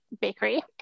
bakery